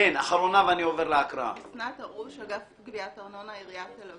אני מסכים ושם את הכפפות של הווטרינר להתחיל פעולות עיקרו וסירוס.